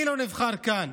מי לא נבחר כאן?